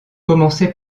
commencer